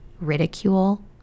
ridicule